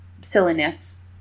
silliness